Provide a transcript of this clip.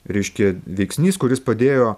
reiškia veiksnys kuris padėjo